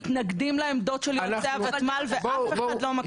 מתנגדים לעמדות של יועצי הוותמ"ל ואף אחד לא מקשיב להם.